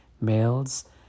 males